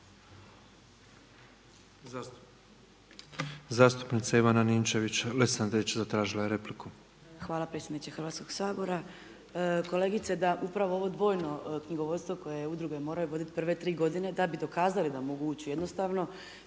je repliku. **Ninčević-Lesandrić, Ivana (MOST)** Hvala predsjedniče Hrvatskoga sabora. Kolegice da, upravo ovo dvojno knjigovodstvo koje udruge moraju voditi prve tri godine da bi dokazali da mogu ući jednostavno,